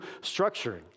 structuring